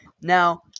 Now